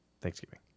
Thanksgiving